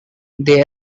they